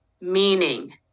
meaning